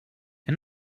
and